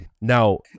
now